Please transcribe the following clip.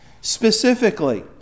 specifically